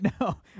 No